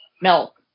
milk